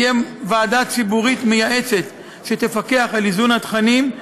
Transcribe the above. תהיה ועדה ציבורית מייעצת שתפקח על איזון התכנים,